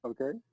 Okay